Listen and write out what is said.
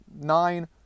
nine